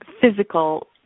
physical